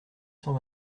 cent